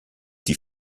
die